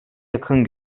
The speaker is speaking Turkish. yakın